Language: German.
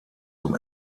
zum